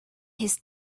his